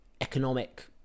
economic